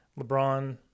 lebron